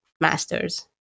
master's